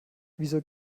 wieso